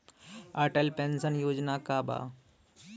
Atal pension Yojana का बा?